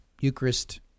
Eucharist